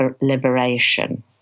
liberation